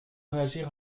réagir